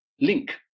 link